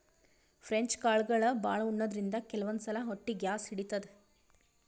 French ಕಾಳ್ಗಳ್ ಭಾಳ್ ಉಣಾದ್ರಿನ್ದ ಕೆಲವಂದ್ ಸಲಾ ಹೊಟ್ಟಿ ಗ್ಯಾಸ್ ಹಿಡಿತದ್